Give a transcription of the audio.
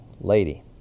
lady